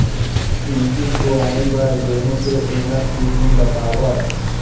सिंचित बोआई बर गेहूँ के उन्नत किसिम बतावव?